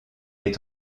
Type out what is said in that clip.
est